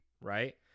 right